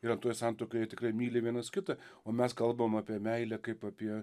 ir antroj santuokoj jie tikrai myli vienas kitą o mes kalbam apie meilę kaip apie